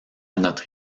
notre